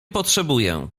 potrzebuję